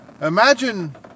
Imagine